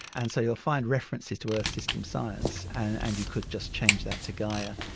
and so you'll find references to earth system science and you could just change that to gaia,